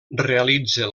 realitza